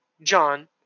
John